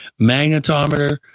magnetometer